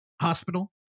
hospital